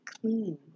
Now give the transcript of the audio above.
clean